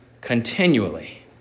continually